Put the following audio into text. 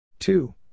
Two